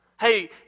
Hey